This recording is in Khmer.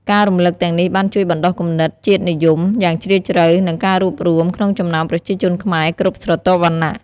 ការរំឭកទាំងនេះបានជួយបណ្ដុះគំនិត ជាតិនិយម យ៉ាងជ្រាលជ្រៅ និង ការរួបរួម ក្នុងចំណោមប្រជាជនខ្មែរគ្រប់ស្រទាប់វណ្ណៈ។